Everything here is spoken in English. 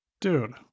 Dude